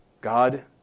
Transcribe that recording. God